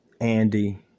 Andy